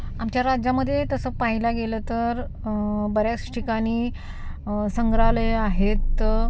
आमच्या राज्यामध्ये तसं पाहायला गेलं तर बऱ्याच ठिकाणी संग्रहालयं आहेत